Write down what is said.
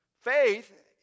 faith